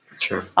Sure